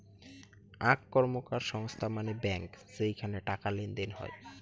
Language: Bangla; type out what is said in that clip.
আক র্কমকার সংস্থা মানে ব্যাঙ্ক যেইখানে টাকা লেনদেন হই